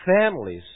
families